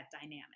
dynamic